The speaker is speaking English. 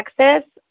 Texas